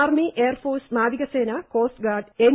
army എയർഫോഴ്സ്നാവികസേനകോസ്റ്ഗാർഡ് N